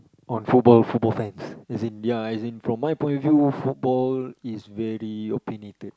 on football football fans as in ya as in from my point of view football is very opinionated